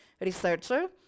researcher